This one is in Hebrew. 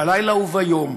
בלילה וביום,